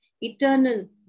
eternal